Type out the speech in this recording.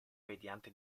mediante